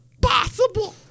possible